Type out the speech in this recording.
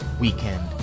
weekend